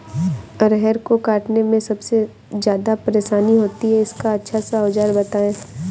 अरहर को काटने में सबसे ज्यादा परेशानी होती है इसका अच्छा सा औजार बताएं?